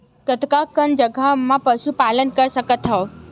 कतका कन जगह म पशु पालन कर सकत हव?